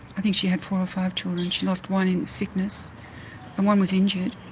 i think she had four or five children, she lost one in sickness and one was injured.